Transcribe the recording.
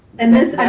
and this,